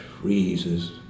freezes